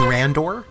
Randor